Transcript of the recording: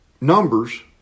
numbers